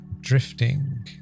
drifting